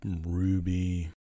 ruby